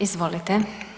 Izvolite.